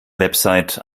website